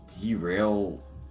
derail